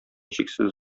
чиксез